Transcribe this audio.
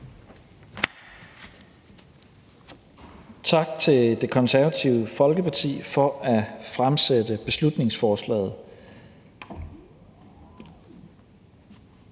tak til Det Konservative Folkeparti for at fremsætte det her beslutningsforslag,